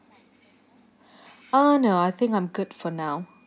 uh no I think I'm good for now